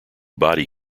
body